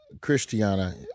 Christiana